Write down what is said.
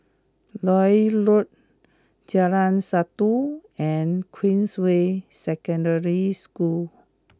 Lloyd Road Jalan Satu and Queensway Secondary School